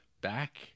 back